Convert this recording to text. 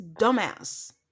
dumbass